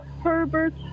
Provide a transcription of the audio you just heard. Herbert